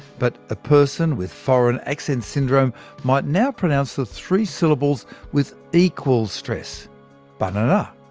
but a person with foreign accent syndrome might now pronounce the three syllables with equal stress but